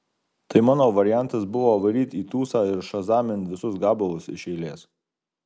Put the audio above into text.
tai mano variantas buvo varyt į tūsą ir šazamint visus gabalus iš eilės